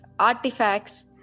artifacts